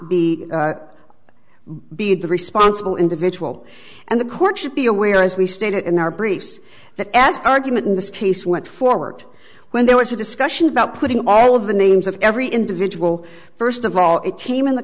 the responsible individual and the court should be aware as we stated in our briefs that as argument in this case went forward when there was a discussion about putting all of the names of every individual first of all it came in the